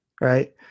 right